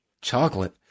chocolate